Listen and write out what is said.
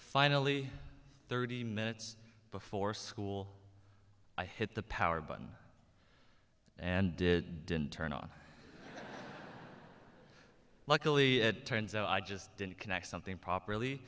finally thirty minutes before school i hit the power button and did didn't turn on luckily it turns out i just didn't connect something properly